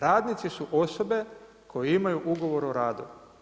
Radnici su osobe koje imaju ugovor o radu.